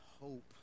hope